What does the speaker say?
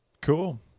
Cool